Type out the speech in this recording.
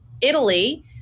Italy